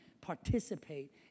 participate